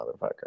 motherfucker